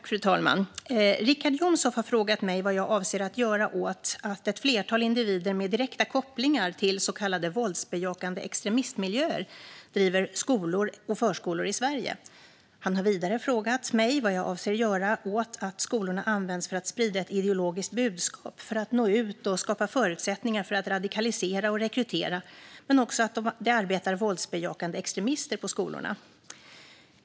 Fru talman! Richard Jomshof har frågat mig vad jag avser att göra åt att ett flertal individer med direkta kopplingar till så kallade våldsbejakande extremistmiljöer driver skolor och förskolor i Sverige. Han har vidare frågat mig vad jag avser att göra åt att skolorna används för att sprida ett ideologiskt budskap för att nå ut och skapa förutsättningar för att radikalisera och rekrytera men också att det arbetar våldsbejakande extremister på skolorna.